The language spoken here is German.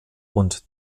und